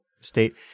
state